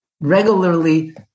regularly